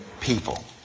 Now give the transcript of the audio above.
people